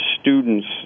students